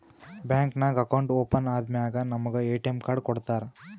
bank ನಾಗ್ account open ಆದಮ್ಯಾಲ ನಮುಗ ಎ.ಟಿ.ಎಮ್ ಕಾರ್ಡ್ ಕೊಡ್ತಾರ್